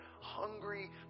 hungry